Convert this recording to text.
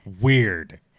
weird